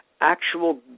actual